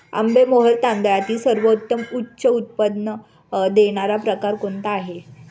आंबेमोहोर तांदळातील सर्वोत्तम उच्च उत्पन्न देणारा प्रकार कोणता आहे?